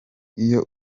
iyo